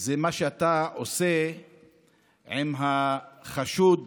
זה מה שאתה עושה עם החשוד